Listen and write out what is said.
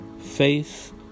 faith